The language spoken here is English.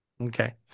Okay